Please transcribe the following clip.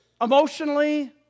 Emotionally